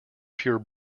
pure